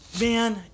man